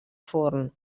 forn